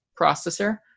processor